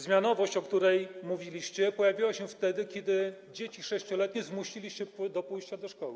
Zmianowość, o której mówiliście, pojawiła się wtedy, kiedy dzieci 6-letnie zmusiliście do pójścia do szkoły.